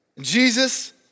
Jesus